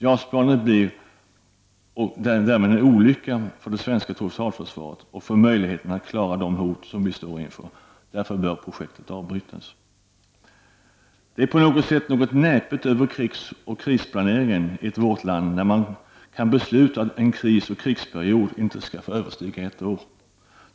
JAS-planet blir och är därmed en olycka för det svenska totalförsvaret och för möjligheten att klara de hot som vi står inför. Därför bör projektet avbrytas. Det är på något sätt något näpet över krigsoch krisplaneringen i vårt land, när man kan besluta att en krisoch krigsperiod inte skall få överstiga ett år.